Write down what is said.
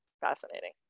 fascinating